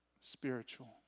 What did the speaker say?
spiritual